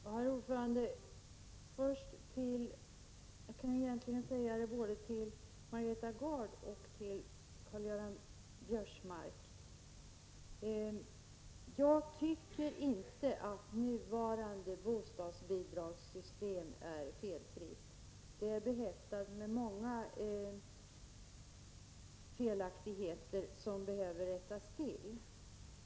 Herr talman! Till Margareta Gard och Karl-Göran Biörsmark vill jag säga att jag inte tycker att nuvarande bostadsbidragssystem är felfritt. Det är behäftat med många felaktigheter som behöver rättas till.